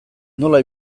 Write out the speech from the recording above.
nola